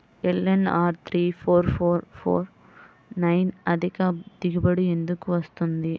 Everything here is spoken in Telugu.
LNR three four four four nine అధిక దిగుబడి ఎందుకు వస్తుంది?